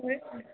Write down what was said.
ꯍꯣꯏ